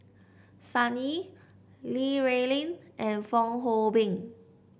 Sun Yee Li Rulin and Fong Hoe Beng